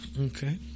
Okay